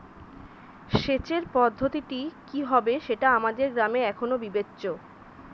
সেচের পদ্ধতিটি কি হবে সেটা আমাদের গ্রামে এখনো বিবেচ্য